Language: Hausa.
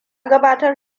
gabatar